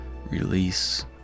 release